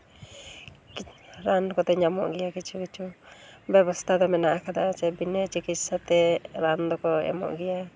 ᱨᱟᱱ ᱠᱚᱫᱚ ᱧᱟᱢᱚᱜ ᱜᱮᱭᱟ ᱠᱤᱪᱷᱩ ᱠᱤᱪᱷᱩ ᱵᱮᱵᱚᱥᱛᱟ ᱫᱚ ᱢᱮᱱᱟᱜ ᱠᱟᱫᱟ ᱡᱮ ᱵᱤᱱᱟᱹ ᱪᱤᱠᱤᱛᱥᱟ ᱛᱮ ᱨᱟᱱ ᱫᱚᱠᱚ ᱮᱢᱚᱜ ᱜᱮᱭᱟ